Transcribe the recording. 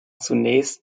zunächst